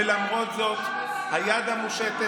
ולמרות זאת היד המושטת,